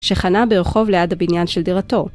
שחנה ברחוב ליד הבניין של דירתו.